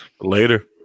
Later